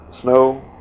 snow